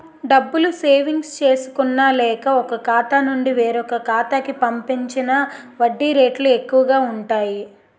డబ్బులు సేవింగ్స్ చేసుకున్న లేక, ఒక ఖాతా నుండి వేరొక ఖాతా కి పంపించిన వడ్డీ రేట్లు ఎక్కువు గా ఉంటాయి